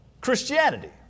Christianity